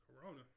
Corona